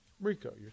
Rico